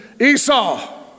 Esau